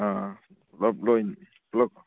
ꯑꯥ ꯄꯨꯂꯞ ꯂꯣꯏꯅ ꯄꯨꯂꯞ